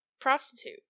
prostitute